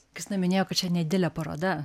kristina minėjo kad čia nedidelė paroda